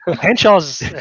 Henshaw's